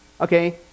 Okay